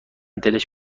دلش